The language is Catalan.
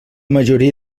majoria